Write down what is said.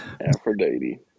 Aphrodite